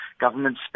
government